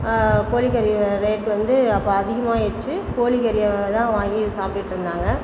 கோழிக்கறியோட rate வந்து அப்போ அதிகமாயிடுச்சு கோழிக்கறியை தான் வாங்கி சாப்பிட்டுட்டு இருந்தாங்க